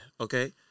Okay